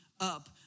up